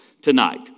tonight